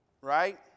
right